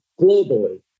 globally